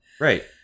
Right